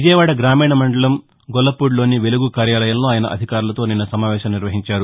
విజయవాడ గ్రామీణ మండలం గొల్లపూడిలోని వెలుగు కార్యాలయంలో ఆయన అధికారులతో నిన్న సమావేశం నిర్వహించారు